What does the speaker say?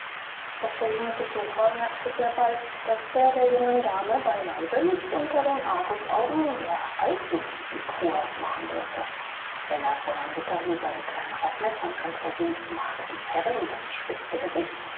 doch der junge besucher merkte sehr bald daß er der jungen dame beileibe nicht unter den argusaugen der alten die kur machen dürfe wenn er fräulein ritterhus eine kleine aufmerksamkeit erwies machte die herrin das spitzige gesicht